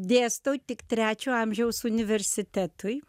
dėstau tik trečio amžiaus universitetui